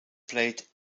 played